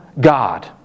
God